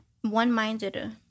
one-minded